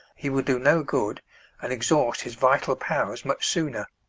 he will do no good and exhaust his vital powers much sooner.